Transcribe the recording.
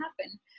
happen